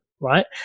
Right